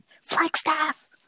Flagstaff